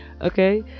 Okay